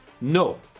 No